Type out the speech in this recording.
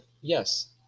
yes